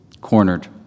cornered